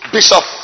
Bishop